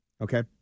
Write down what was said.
Okay